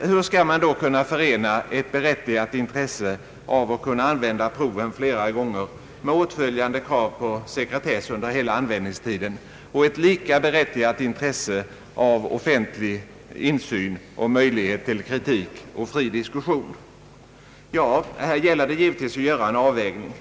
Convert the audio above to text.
Hur skall man då kunna förena ett berättigat intresse av att kunna använda proven flera gånger — med åtföljande krav på sekretess under hela användningstiden — och ett lika berättigat intresse av offentlig insyn och möjlighet till kritik och fri diskussion? Här gäller det givetvis att göra en avvägning.